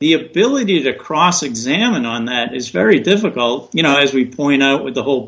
the ability to cross examine on that is very difficult you know as we've pointed out with the whole